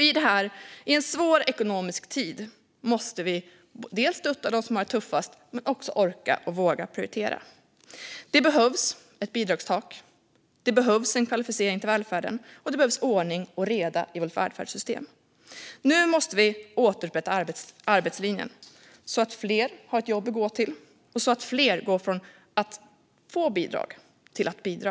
I en svår ekonomisk tid måste vi dels stötta dem som har det tuffast, dels orka och våga prioritera. Det behövs ett bidragstak, det behövs en kvalificering till välfärden och det behövs ordning och reda i vårt välfärdssystem. Nu måste vi återupprätta arbetslinjen så att fler har ett jobb att gå till och så att fler går från att få bidrag till att bidra.